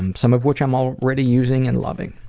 um some of which i'm already using and loving.